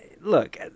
look